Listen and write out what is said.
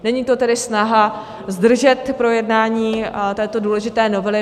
Není to tedy snaha zdržet projednání této důležité novely.